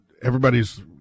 Everybody's